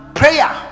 prayer